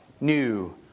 new